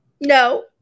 no